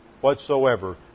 whatsoever